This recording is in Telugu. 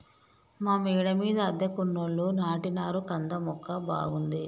మా మేడ మీద అద్దెకున్నోళ్లు నాటినారు కంద మొక్క బాగుంది